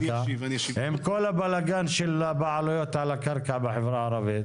עם כל הבעיות של הבעלויות על הקרקע בחברה הערבית?